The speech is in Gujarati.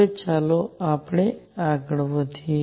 હવે ચાલો આપણે આગળ વધીએ